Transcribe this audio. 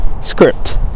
script